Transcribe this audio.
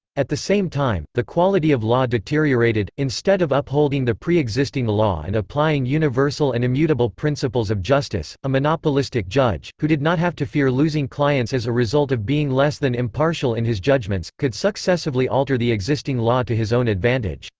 at the same time, the quality of law deteriorated instead of upholding the pre-existing law and applying universal and immutable principles of justice, a monopolistic judge, who did not have to fear losing clients as a result result of being less than impartial in his judgments, could successively alter the existing law to his own advantage.